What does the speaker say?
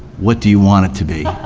what do you want it to be.